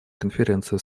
конференцию